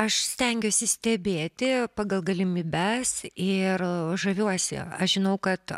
aš stengiuosi stebėti pagal galimybes ir žaviuosi aš žinau kad